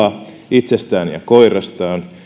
itsestään ja koirastaan kuvaa